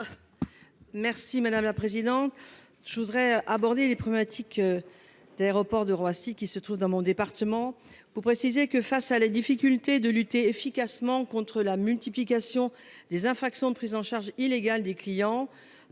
Merci madame la présidente. Je voudrais aborder les pneumatiques. D'aéroports de Roissy qui se trouve dans mon département pour préciser que face à la difficulté de lutter efficacement contre la multiplication des infractions de prise en charge illégale des clients